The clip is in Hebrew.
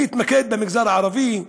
אני אתמקד במגזר הערבי,